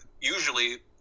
usually